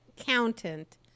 accountant